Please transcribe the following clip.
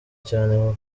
cyane